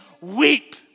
weep